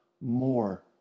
more